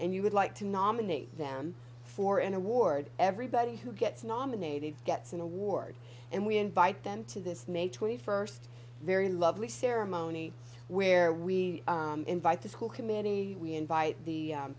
and you would like to nominate them for an award everybody who gets nominated gets an award and we invite them to the may twenty first very lovely ceremony where we invite the school committee we invite the